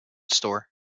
store